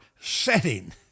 setting